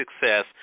success